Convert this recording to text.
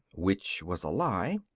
which was a lie.